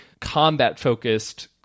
combat-focused